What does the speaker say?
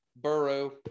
Burrow